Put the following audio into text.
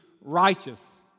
righteous